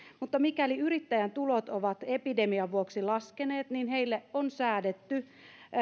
mutta mikäli yrittäjän tulot ovat epidemian vuoksi laskeneet niin heille on säädetty